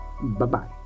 Bye-bye